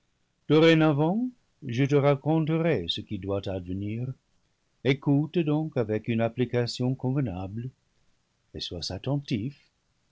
dorénavant je te raconterai ce qui doit advenir écoute donc avec une application convenable et sois attentif